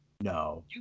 No